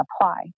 apply